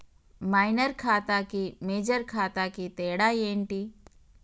Minor ఖాతా కి major ఖాతా కి తేడా ఏంటి?